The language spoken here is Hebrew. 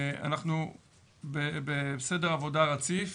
אנחנו בסדר עבודה רציף